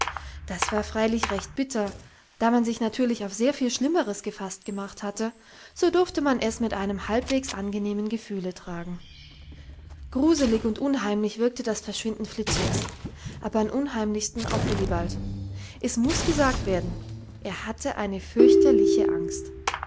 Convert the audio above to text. das war freilich recht bitter aber da man sich natürlich auf sehr viel schlimmeres gefaßt gemacht hatte so durfte man es mit einem halbwegs angenehmen gefühle tragen gruselig und unheimlich wirkte das verschwinden fliczeks aber am unheimlichsten auf willibald es muß gesagt werden er hatte eine fürchterliche angst